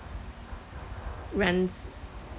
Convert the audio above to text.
runs